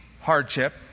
hardship